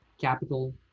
capital